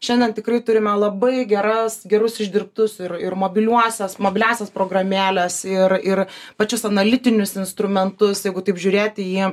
šiandien tikrai turime labai geras gerus išdirbtus ir ir mobiliuosiuos mobiliąsias programėles ir ir pačius analitinius instrumentus jeigu taip žiūrėti į